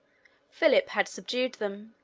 philip had subdued them,